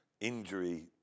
injury